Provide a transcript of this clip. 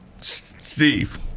Steve